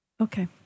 Okay